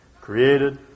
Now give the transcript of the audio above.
created